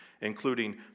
including